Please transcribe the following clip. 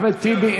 אחמד טיבי,